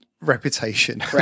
Reputation